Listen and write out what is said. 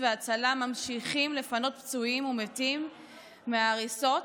וההצלה ממשיכים לפנות פצועים ומתים מההריסות.